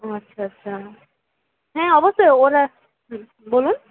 আচ্ছা আচ্ছা হ্যাঁ অবশ্যই ওরা হুম বলুন